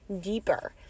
deeper